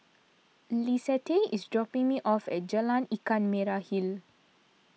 Lissette is dropping me off at Jalan Ikan Merah Hill